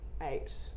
eight